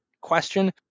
question